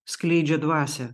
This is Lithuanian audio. skleidžia dvasią